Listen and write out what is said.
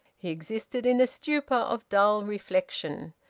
he existed in a stupor of dull reflection,